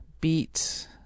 beat